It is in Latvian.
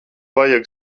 vajag